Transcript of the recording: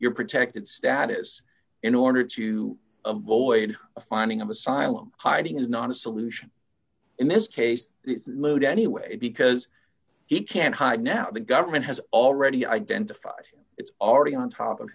your protected status in order to avoid a finding of asylum hiding is not a solution in this case it's moot anyway because he can't hide now the government has already identified him it's already on top of